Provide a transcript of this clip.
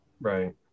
Right